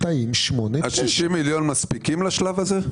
קטעים 9-8. ה-60 מיליון מספיקים לשלב הזה?